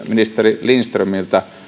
ministeri lindströmiltä